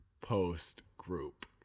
post-group